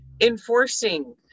enforcing